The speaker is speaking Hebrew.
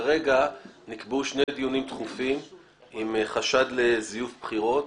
כרגע נקבעו שני דיונים דחופים עם חשד לזיוף בחירות,